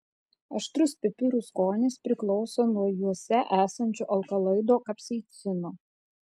aštrus pipirų skonis priklauso nuo juose esančio alkaloido kapsaicino